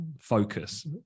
focus